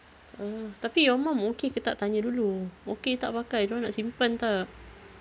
uh tapi your mum okay ke tak tanya dulu okay tak pakai dorang nak simpan tak